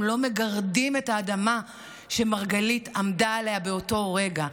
הם לא מגרדים את האדמה שמרגלית עמדה עליה באותו רגע,